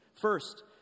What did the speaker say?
First